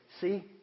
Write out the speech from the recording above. see